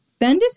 Bendis